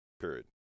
period